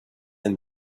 and